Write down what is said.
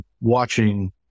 watching